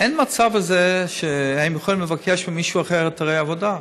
אין מצב כזה שהם יכולים לבקש ממישהו אחר היתרי עבודה.